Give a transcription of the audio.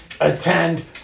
Attend